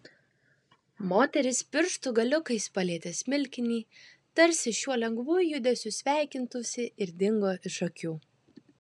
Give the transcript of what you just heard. moteris pirštų galiukais palietė smilkinį tarsi šiuo lengvu judesiu sveikintųsi ir dingo iš akių